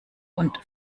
und